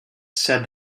said